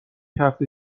هفته